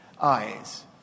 eyes